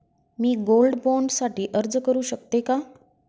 मी gold bond साठी अर्ज करु शकते का?